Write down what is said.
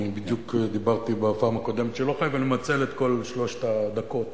אני בדיוק דיברתי בפעם הקודמת שלא חייבים לנצל את כל שלוש הדקות,